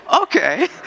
okay